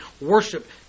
worship